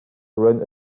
run